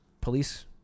police